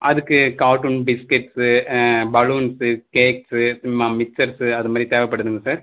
அதுக்கு cartoon biscuits balloons cakes ம mixtures அதுமாதிரி தேவைப்படுதுங்க சார்